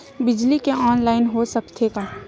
बिजली के ऑनलाइन हो सकथे का?